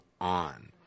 on